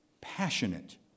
passionate